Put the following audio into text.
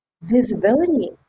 Visibility